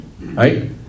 Right